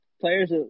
players